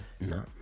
No